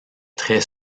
très